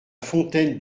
fontaine